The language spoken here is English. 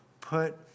Put